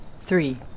Three